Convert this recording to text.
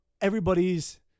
everybody's